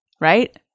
right